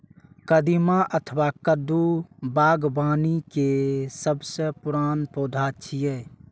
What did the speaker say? कदीमा अथवा कद्दू बागबानी के सबसं पुरान पौधा छियै